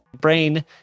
Brain